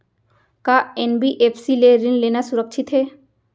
का एन.बी.एफ.सी ले ऋण लेना सुरक्षित हे?